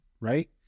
Right